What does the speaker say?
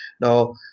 Now